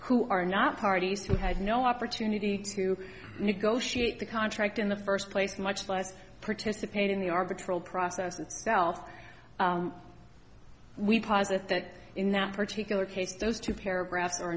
who are not parties who had no opportunity to negotiate the contract in the first place much less participate in the arbitral process itself we posit that in that particular case those two paragraph